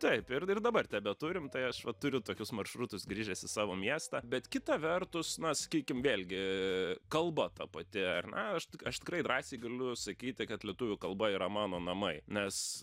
taip ir ir dabar tebeturim tai aš va turiu tokius maršrutus grįžęs į savo miestą bet kita vertus na sakykim vėlgi kalba ta pati ar ne aš tik aš tikrai drąsiai galiu sakyti kad lietuvių kalba yra mano namai nes